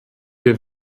wir